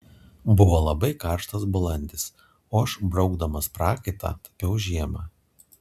buvo labai karštas balandis o aš braukdamas prakaitą tapiau žiemą